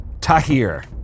Tahir